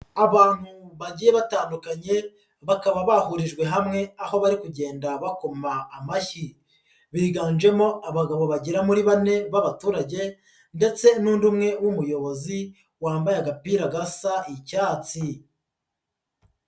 Abantu bagiye batandukanye bakaba bahurijwe hamwe aho bari kugenda bakoma amashyi, biganjemo abagabo bagera muri bane b'abaturage ndetse n'undi umwe w'umuyobozi wambaye agapira gasa icyatsi.